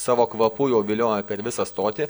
savo kvapu jau vilioja per visą stotį